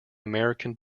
american